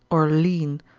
or lean,